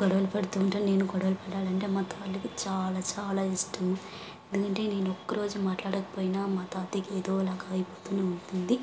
గొడవలు పడుతూ ఉంటాను నేను గొడవలు పడాలంటే మా తాతకు చాలా చాలా ఇష్టం ఎందుకంటే నేను ఒక్క రోజు మాట్లాడకపోయినా మా తాతయ్యకి ఏదోలాగ అయిపోతూనే ఉంటుంది